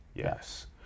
Yes